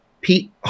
Pete